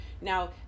Now